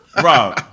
Bro